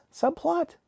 subplot